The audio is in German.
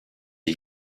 der